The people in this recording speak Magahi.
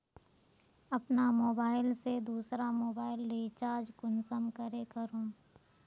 अपना मोबाईल से दुसरा मोबाईल रिचार्ज कुंसम करे करूम?